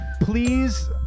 Please